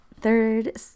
third